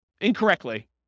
incorrectly